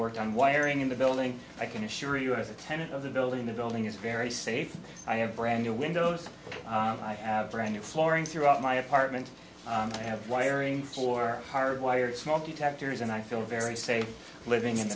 worked on wiring in the building i can assure you as a tenant of the building the building is very safe i have brand new windows i have brand new flooring throughout my apartment i have wiring for hard wired small detectors and i feel very safe living in